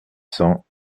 cents